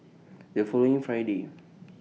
The following Friday